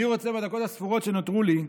אני רוצה, בדקות הספורות שנותרו לי,